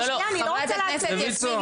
בריאות,